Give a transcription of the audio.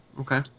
Okay